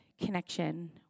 connection